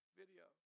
video